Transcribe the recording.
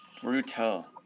Brutal